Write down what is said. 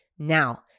Now